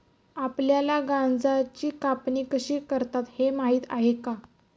आपल्याला गांजाची कापणी कशी करतात हे माहीत आहे का?